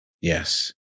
Yes